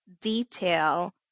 detail